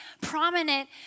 prominent